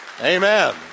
amen